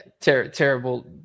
terrible